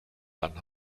dann